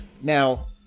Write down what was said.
Now